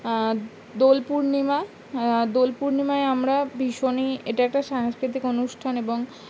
দোল পূর্ণিমা দোল পূর্ণিমায় আমরা ভীষণই এটা একটা সাংস্কৃতিক অনুষ্ঠান এবং